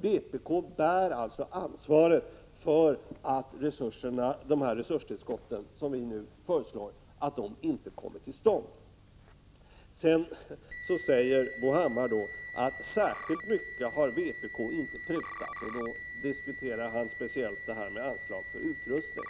Vpk bär alltså ansvaret för att de resurstillskott som vi nu föreslår inte kommer till stånd. Bo Hammar säger att vpk inte har prutat särskilt mycket. Då talar han om de speciella anslagen för utrustning.